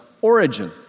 origin